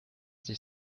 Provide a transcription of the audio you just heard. sich